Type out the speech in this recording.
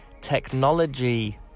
technology